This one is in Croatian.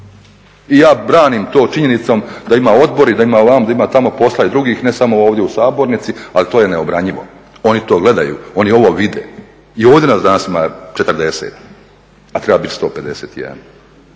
i ja branim to činjenicom da ima odbora, da ima vamo da ima tamo ima tamo posla i drugih ne samo ovdje u sabornici ali to je neobranjivo. Oni to gledaju, oni ovdje vide i ovdje nas danas ovdje ima 40, a treba biti 151.